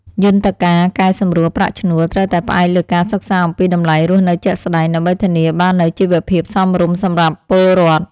យន្តការកែសម្រួលប្រាក់ឈ្នួលត្រូវតែផ្អែកលើការសិក្សាអំពីតម្លៃរស់នៅជាក់ស្តែង ដើម្បីធានាបាននូវជីវភាពសមរម្យសម្រាប់ពលរដ្ឋ។